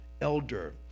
elder